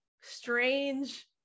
strange